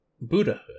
Buddhahood